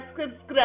subscribe